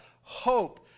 hope